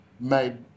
made